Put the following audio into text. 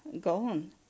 gone